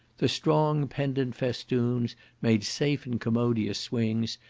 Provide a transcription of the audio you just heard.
the strong pendant festoons made safe and commodious swings,